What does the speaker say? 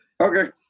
Okay